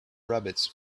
rabbits